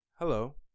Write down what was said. Hello